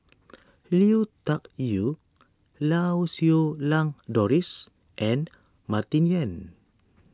Lui Tuck Yew Lau Siew Lang Doris and Martin Yan